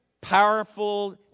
powerful